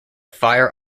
fire